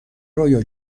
رویا